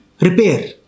repair